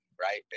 right